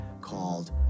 called